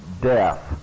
death